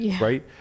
right